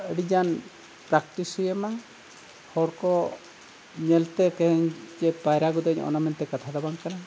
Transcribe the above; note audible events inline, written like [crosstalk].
ᱟᱹᱰᱤᱜᱟᱱ ᱯᱨᱮᱠᱴᱤᱥ ᱦᱩᱭᱟᱢᱟ ᱦᱚᱲ ᱠᱚ ᱧᱮᱞᱛᱮ [unintelligible] ᱯᱟᱭᱨᱟ ᱜᱚᱫᱟᱹᱧ ᱚᱱᱟ ᱢᱮᱱᱛᱮ ᱠᱟᱛᱷᱟ ᱫᱚ ᱵᱟᱝ ᱠᱟᱱᱟ